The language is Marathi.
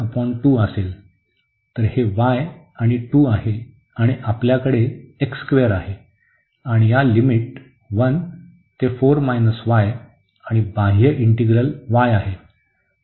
तर हे y आणि 2 आहे आणि आपल्याकडे आहे आणि या लिमिट 1 ते 4 y आणि बाह्य इंटीग्रल y आहे